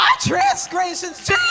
transgressions